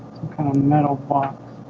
kind of metal box